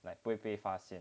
like 不会被发现